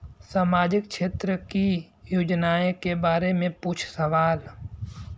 सामाजिक क्षेत्र की योजनाए के बारे में पूछ सवाल?